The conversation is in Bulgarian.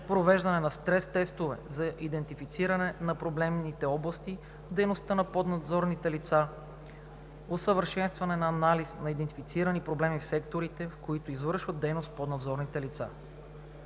провеждане на стрес-тестове за идентифициране на проблемните области в дейността на поднадзорните лица; извършване на анализ на идентифицирани проблеми в секторите, в които извършват дейност поднадзорните лица.